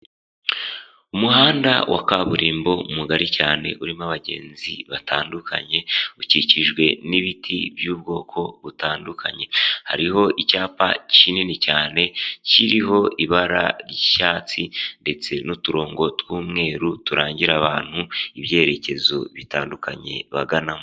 Umuhanda wa kaburimbo mugari cyane urimo abagenzi batandukanye. Ukikijwe n'ibiti by'ubwoko butandukanye. Hariho icyapa kinini cyane kiriho ibara ry'icyatsi ndetse n'uturongo tw'umweru, turangira abantu ibyerekezo bitandukanye baganamo.